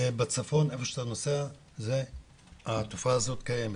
בצפון - איפה שאתה נוסע, התופעה הזאת קיימת.